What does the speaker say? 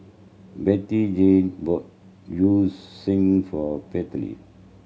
Bettyjane bought Yu Sheng for Pearly